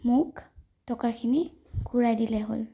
মোক টকাখিনি ঘূৰাই দিলে হ'ল